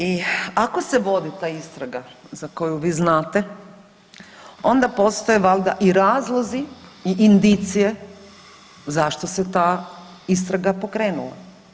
I ako se vodi ta istraga za koju vi znate, onda postoje valjda i razlozi i indicije zašto se ta istraga pokrenula.